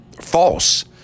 false